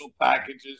packages